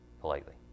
politely